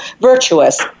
virtuous